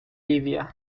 ливия